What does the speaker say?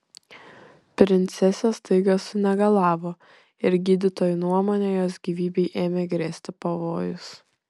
princesė staiga sunegalavo ir gydytojų nuomone jos gyvybei ėmė grėsti pavojus